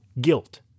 Guilt